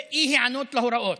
ואי-היענות להוראות.